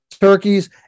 turkeys